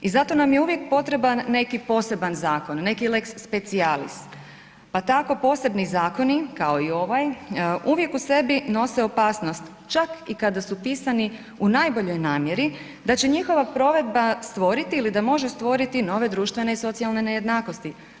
I zato nam je uvijek potreban neki poseban zakon neki lex specialis, pa tako posebni zakoni kao i ovaj uvijek u sebi nose opasnost čak i kada su pisani u najboljoj namjeri da će njihova provedba ili da može stvoriti nove društvene i socijalne nejednakosti.